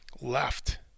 left